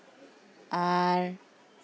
ᱟᱨ